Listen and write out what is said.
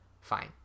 fine